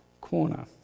corner